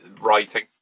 writing